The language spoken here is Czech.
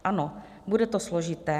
Ano, bude to složité.